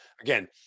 Again